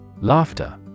Laughter